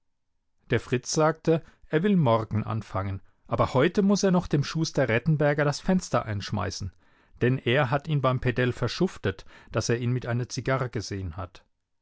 der fritz sagte er will morgen anfangen aber heute muß er noch dem schuster rettenberger das fenster einschmeißen denn er hat ihn beim pedell verschuftet daß er ihn mit einer zigarre gesehen hat